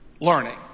learning